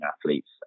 athletes